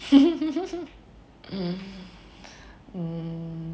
mm